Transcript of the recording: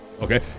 Okay